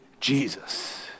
Jesus